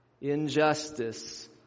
injustice